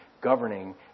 governing